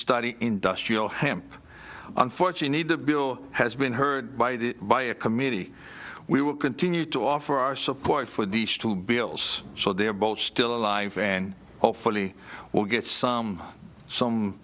study industrial hemp unfortunately the bill has been heard by the by a committee we will continue to offer our support for these two bills so they are both still alive and hopefully will get some some